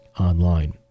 Online